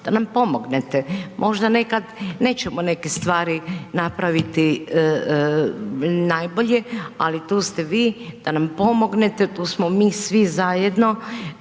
da nam pomognete. Možda nekad nećemo neke stvari napraviti najbolje, ali tu ste vi, da nam pomognete, tu smo mi svi zajedno